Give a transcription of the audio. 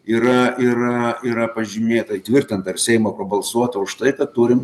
yra yra yra pažymėta įtvirtinta ar seimo pabalsuota už tai tad turim